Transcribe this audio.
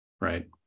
Right